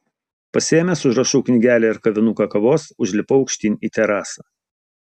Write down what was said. pasiėmęs užrašų knygelę ir kavinuką kavos užlipau aukštyn į terasą